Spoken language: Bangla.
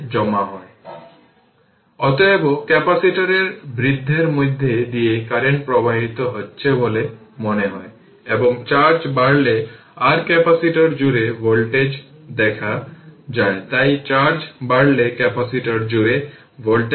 সুতরাং এটি সেখানে নেই এবং এর মধ্য দিয়ে কোনও কারেন্ট প্রবাহিত হচ্ছে না তাই এটি হল ওপেন সার্কিট যাকে বলা হয় ক্যাপাসিটর জুড়ে ভোল্টেজ